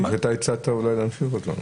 שמעתי, הצעת אולי להמשיך אותו.